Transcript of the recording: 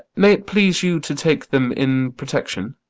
may it please you to take them in protection?